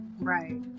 Right